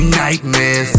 nightmares